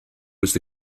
was